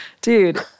Dude